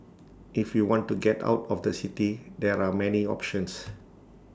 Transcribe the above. if you want to get out of the city there are many options